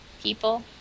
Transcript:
People